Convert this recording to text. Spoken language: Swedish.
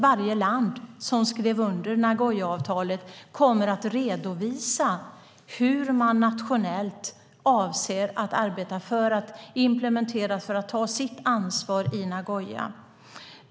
Varje land som skrivit under Nagoyaavtalet kommer där att redovisa hur man nationellt avser att arbeta för att implementera det som skrivits in och för att ta sitt ansvar i fråga om Nagoya.